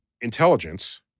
intelligence